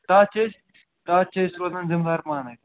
تَتھ چھِ أسۍ تَتھ چھِ أسۍ روزان زِموار پانَے